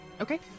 Okay